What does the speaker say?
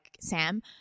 Sam